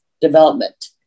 development